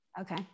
okay